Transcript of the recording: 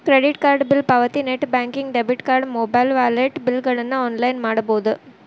credit card bill ಪಾವತಿ net banking debit card mobile wallet ಬಿಲ್ಗಳನ್ನ online ಮಾಡಬೋದ್